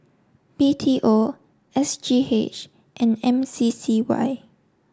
B T O S G H and M C C Y